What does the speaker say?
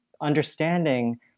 understanding